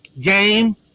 game